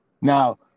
Now